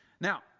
Now